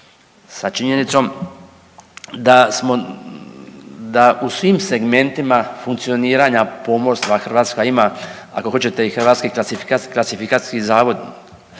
sa činjenicom da smo, da u svim segmentima funkcioniranja pomorstva Hrvatska ima ako hoćete i Hrvatski klasifikacijski zavod,